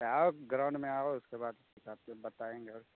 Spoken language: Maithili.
तऽ आउ ग्राउंडमे आउ उसके बाद सभकिछु बतायेंगे